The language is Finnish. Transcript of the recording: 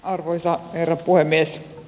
arvoisa herra puhemies